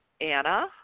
Anna